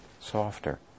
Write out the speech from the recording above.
softer